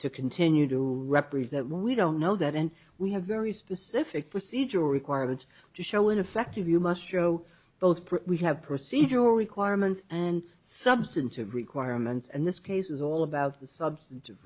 to continue to represent we don't know that and we have very specific procedure requirements to show in effect of you must show both we have procedural requirements and substantive requirements and this case is all about the substantive